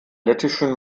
lettischen